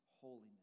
holiness